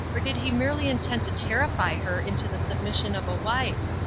or did he merely intend to terrify her into the submission of a wife?